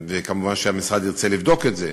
וכמובן, המשרד ירצה לבדוק את זה.